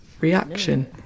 reaction